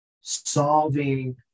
solving